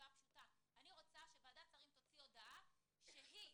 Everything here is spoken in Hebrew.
הפשוטה: אני רוצה שוועדת השרים תוציא הודעה שהיא